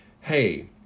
hey